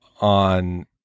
on